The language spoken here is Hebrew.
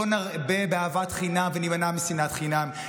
בוא נרבה באהבת חינם ונמנע משנאת חינם,